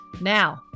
Now